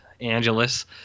angeles